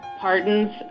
pardons